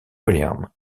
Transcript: william